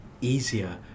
easier